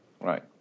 Right